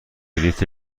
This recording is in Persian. بلیط